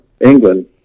England